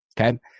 okay